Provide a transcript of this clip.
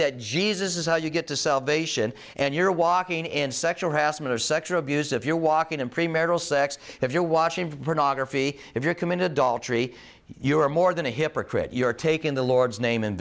that jesus is how you get to salvation and you're walking in sexual harassment or sexual abuse if you're walking in premarital sex if you're watching pornography if you're committed daltry you are more than a hypocrite you're taking the lord's name